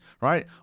right